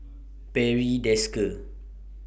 Barry Desker